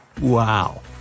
Wow